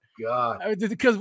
God